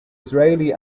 israeli